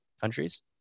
countries